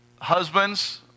husbands